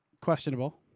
questionable